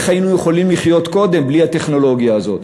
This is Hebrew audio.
איך יכולנו לחיות קודם בלי הטכנולוגיה הזאת?